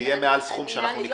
זה יהיה מעל סכום שנקבע.